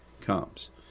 comes